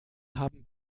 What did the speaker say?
haben